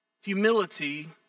Humility